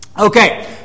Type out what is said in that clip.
Okay